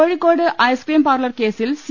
കോഴി ക്കോട് ice cream parlour കേസിൽ C